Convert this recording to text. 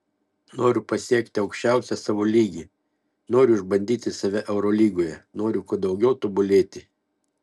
noriu pasiekti aukščiausią savo lygį noriu išbandyti save eurolygoje noriu kuo daugiau tobulėti